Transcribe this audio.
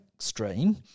Stream